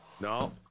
No